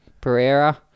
Pereira